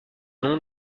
nom